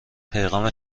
پیغام